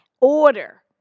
order